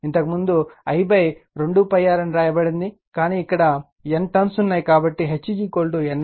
ఇంతకుముందు I 2 π r అని రాయబడింది కానీ ఇక్కడ N టర్న్స్ ఉన్నాయి కాబట్టి H NI 2πR